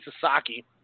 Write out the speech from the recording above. Sasaki